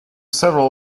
several